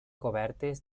cobertes